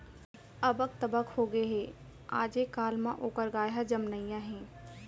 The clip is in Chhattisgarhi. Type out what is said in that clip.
अबक तबक होगे हे, आजे काल म ओकर गाय ह जमनइया हे